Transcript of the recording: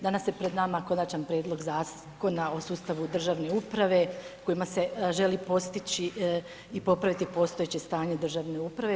Danas je pred nama Konačni prijedlog Zakona o sustavu državne uprave kojim se želi postići i popraviti postojeće stanje u državnoj upravi.